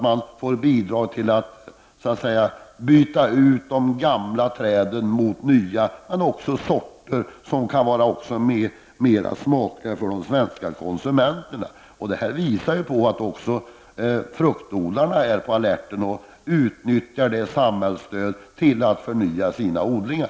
Man får bidrag till att byta ut de gamla träden mot nya och även till att byta till sådana sorter som kan vara smakligare för svenska konsumenter. Detta visar också att även fruktodlarna är på alerten och utnyttjar samhällsstödet till att förnya sina odlingar.